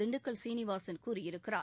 திண்டுக்கல் சீனிவாசன் கூறியிருக்கிறார்